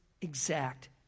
exact